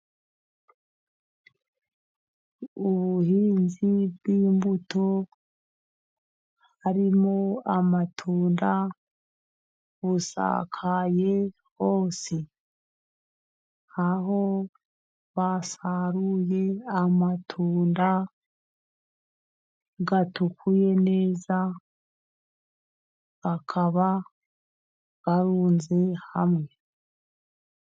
ubuhinzi bw'imbuto harimo amatunda, busakaye hose. Aho basaruye amatunda atukuye neza, bakaba bayarunze hamwe.